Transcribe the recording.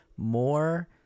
more